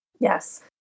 Yes